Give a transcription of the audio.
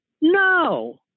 no